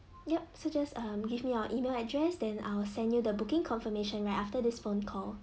yup so just uh give me your email address then I will send you the booking confirmation right after this phone call